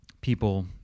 people